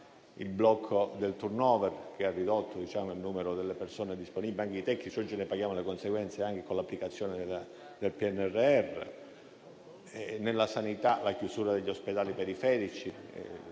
il blocco del *turnover* che ha ridotto il numero delle persone disponibili anche di tecnici, di cui oggi paghiamo le conseguenze anche con l'applicazione del PNRR. E ancora pensiamo alla chiusura degli ospedali periferici